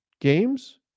games